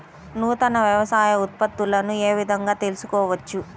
నూతన వ్యవసాయ ఉత్పత్తులను ఏ విధంగా తెలుసుకోవచ్చు?